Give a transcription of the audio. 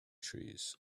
trees